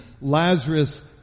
Lazarus